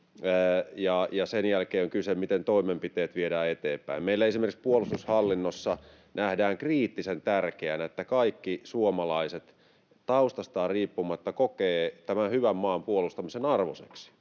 sen jälkeen on kyse siitä, miten toimenpiteet viedään eteenpäin. Meillä esimerkiksi puolustushallinnossa nähdään kriittisen tärkeänä, että kaikki suomalaiset taustastaan riippumatta kokevat tämän hyvän maan puolustamisen arvoiseksi.